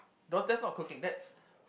thos that's not cooking that's